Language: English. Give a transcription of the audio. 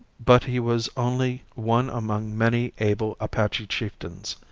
but he was only one among many able apache chieftains.